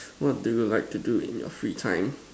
what do you like to do in your free time